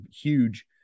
huge